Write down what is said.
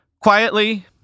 quietly